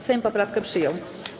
Sejm poprawkę przyjął.